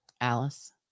alice